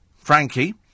Frankie